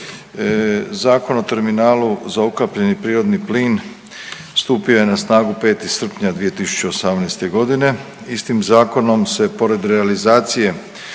Zakon o terminalu za ukapljeni prirodni plin stupio je na snagu 5. srpnja 2018. godine i s tim zakonom se pored realizacije